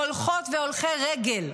הולכות והולכי רגל.